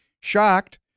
Shocked